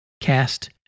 cast